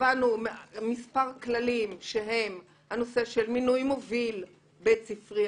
קבענו מספר כללים שהם הנושא של מינוי מוביל בית-ספרי,